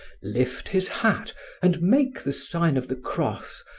lift his hat and make the sign of the cross,